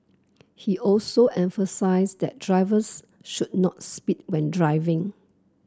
he also emphasised that drivers should not speed when driving